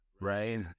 right